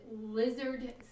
Lizard